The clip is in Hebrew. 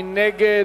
מי נגד?